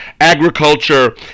agriculture